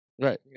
Right